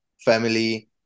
family